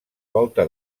volta